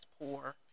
poor